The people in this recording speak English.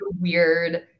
weird